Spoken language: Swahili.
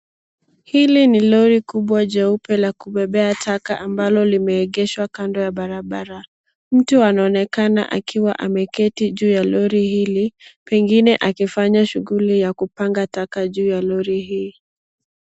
Hili ni lori kubwa jeupe la kubebea taka ambalo limeegeshwa kando ya barabara. Mtu anaonekana akiwa ameketi juu ya lori hili pengine akifanya shughuli ya kupanga taka juu ya lori hii.